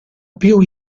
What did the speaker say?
più